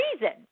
reason